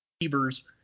receivers